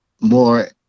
more